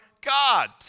God